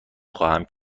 خواهم